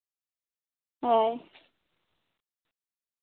ᱦᱳᱭ